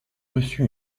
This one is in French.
reçu